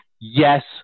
Yes